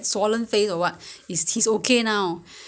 put prawn and make it tastier ya